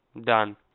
Done